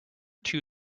two